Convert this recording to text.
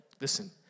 listen